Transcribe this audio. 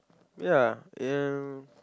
ya